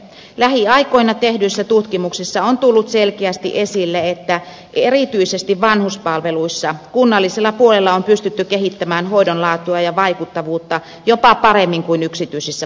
lähiaikoina tehdyissä tutkimuksissa on tullut selkeästi esille että erityisesti vanhuspalveluissa kunnallisella puolella on pystytty kehittämään hoidon laatua ja vaikuttavuutta jopa paremmin kuin yksityisissä palveluissa